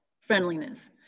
friendliness